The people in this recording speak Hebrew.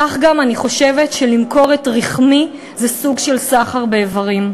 כך גם אני חושבת שלמכור את רחמי זה סוג של סחר באיברים.